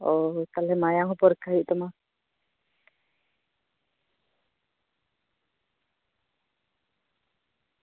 ᱚ ᱛᱟᱞᱦᱮ ᱢᱟᱭᱟᱝ ᱦᱚᱸ ᱯᱚᱨᱤᱠᱠᱷᱟ ᱦᱩᱭᱩᱜ ᱛᱟᱢᱟ